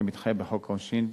כמתחייב בחוק העונשין,